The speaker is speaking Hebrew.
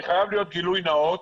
אני חייב גילוי נאות.